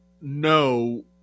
No